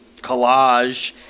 collage